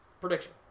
prediction